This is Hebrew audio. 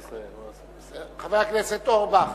חבר הכנסת אורבך,